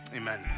amen